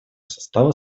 состава